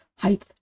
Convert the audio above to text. height